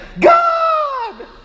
God